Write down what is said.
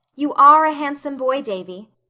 you are a handsome boy, davy.